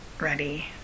ready